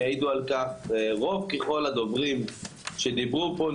ויעידו על כך רוב ככל הדוברים שדיברו פה,